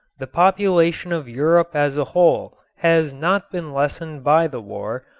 the population of europe as a whole has not been lessened by the war,